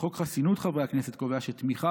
וחוק חסינות חברי הכנסת קובע שתמיכה